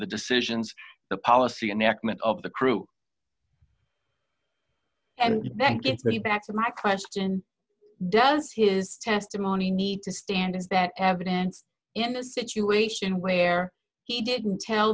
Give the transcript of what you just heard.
the decisions the policy enactment of the crew and that is that he back to my question does his testimony need to stand is that evidence in a situation where he didn't tell